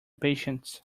patients